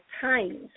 times